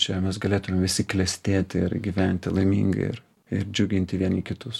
čia mes galėtumėm visi klestėti ir gyventi laimingai ir ir džiuginti vieni kitus